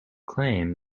claim